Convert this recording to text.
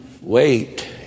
Wait